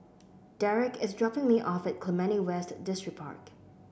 Derek is dropping me off at Clementi West Distripark